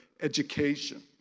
education